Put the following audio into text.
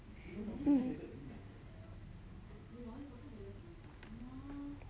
hmm